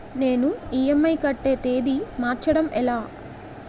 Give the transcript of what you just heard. నేను ఇ.ఎం.ఐ కట్టే తేదీ మార్చడం ఎలా?